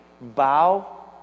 bow